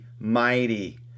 mighty